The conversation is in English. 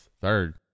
third